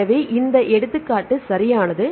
எனவே இந்த எடுத்துக்காட்டு சரியானது